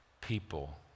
people